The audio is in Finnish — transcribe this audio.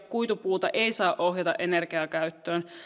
kuitupuuta ei saa ohjata energiakäyttöön